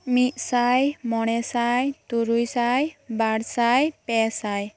ᱢᱤᱫᱽᱥᱟᱭ ᱢᱚᱬᱮᱥᱟᱭ ᱛᱩᱨᱩᱭ ᱥᱟᱭ ᱵᱟᱨ ᱥᱟᱭ ᱯᱮᱥᱟᱭ